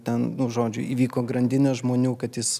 ten nu žodžiu įvyko grandinė žmonių kad jis